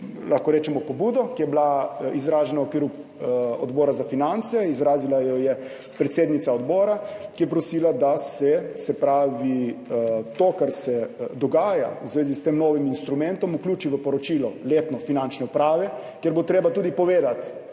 lahko rečemo, pobudo, ki je bila izražena v okviru Odbora za finance. Izrazila jo je predsednica odbora, ki je prosila, da se to, kar se dogaja v zvezi s tem novim instrumentom, vključi v letno poročilo Finančne uprave, kjer bo treba tudi povedati,